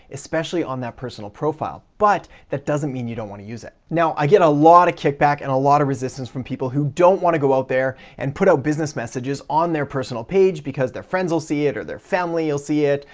especially on that personal profile. but that doesn't mean you don't want to use it. now, i get a lot of kickback and a lot of resistance from people who don't want to go out there and put out business messages on their personal page because their friends will see it or their family will see it.